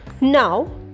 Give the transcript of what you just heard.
Now